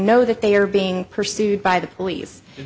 know that they are being pursued by the police